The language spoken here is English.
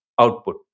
output